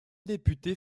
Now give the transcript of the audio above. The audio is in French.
député